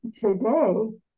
today